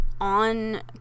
on